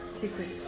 secret